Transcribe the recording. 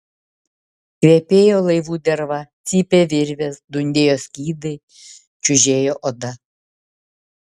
kvepėjo laivų derva cypė virvės dundėjo skydai čiužėjo oda